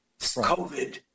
COVID